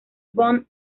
von